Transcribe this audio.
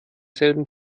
selben